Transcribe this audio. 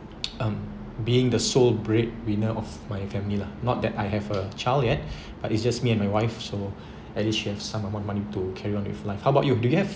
um being the sole breadwinner of my family lah not that I have a child yet but it's just me and my wife so at least she has some of my money to carry on with life how about do you have